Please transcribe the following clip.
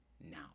now